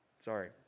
Sorry